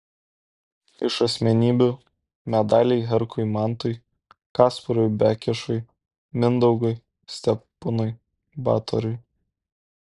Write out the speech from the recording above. iš asmenybių medaliai herkui mantui kasparui bekešui mindaugui steponui batorui